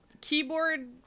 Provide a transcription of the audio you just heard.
keyboard